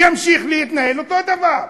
ימשיך להתנהל אותו הדבר.